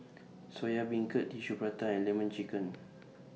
Soya Beancurd Tissue Prata and Lemon Chicken